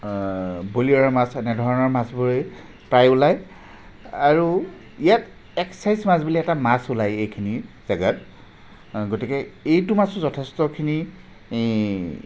বৰিয়লা মাছ এনেধৰণৰ মাছবোৰেই প্ৰায় ওলায় আৰু ইয়াত একছাইজ মাছ বুলি এটা মাছ ওলাই এইখিনি জেগাত গতিকে এইটো মাছো যথেষ্টখিনি